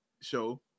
show